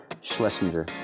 Schlesinger